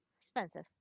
expensive